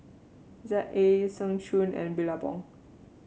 Z A Seng Choon and Billabong